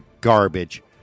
garbage